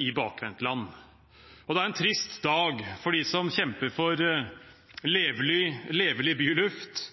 i Bakvendtland, og det er en trist dag for dem som kjemper for levelig byluft,